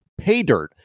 PAYDIRT